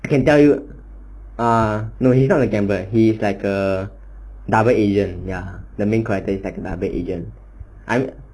can tell you err no he is not the gambler he is like a double agent ya the main character like double agent I